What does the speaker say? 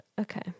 okay